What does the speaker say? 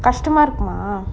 கஸ்டமா இருக்குமா:kastama irukkuma